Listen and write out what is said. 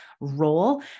role